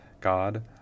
God